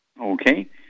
Okay